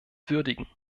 würdigen